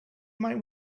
might